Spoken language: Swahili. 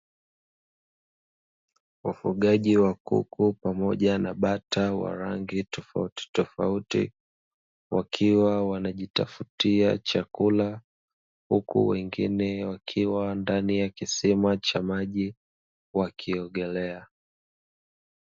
Wafugaji wa kuku pamoja na bata wa rangi tofautitofauti, wakiwa wanajitafutia chakula, huku wengine wakiwa ndani ya kisima cha maji wakiogelea.